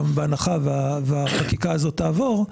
בהנחה שהחקיקה הזאת תעבור,